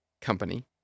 company